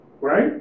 right